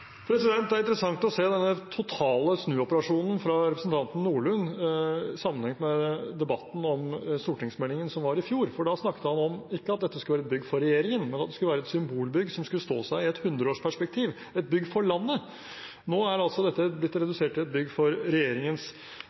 Det er interessant å se den totale snuoperasjonen fra representanten Nordlund sammenlignet med debatten om stortingsmeldingen i fjor. Da snakket han om at dette ikke skulle være et bygg for regjeringen, men et symbolbygg som skulle stå seg i et hundreårsperspektiv, et bygg for landet. Nå er altså dette blitt redusert til et bygg for regjeringens